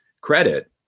credit